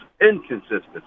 inconsistency